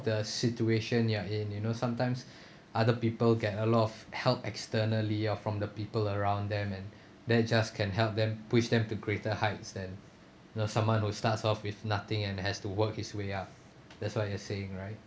the situation you are in you know sometimes other people get a lot of help externally or from the people around them and they just can help them push them to greater heights then the someone who starts off with nothing and has to work his way up that's what you are saying right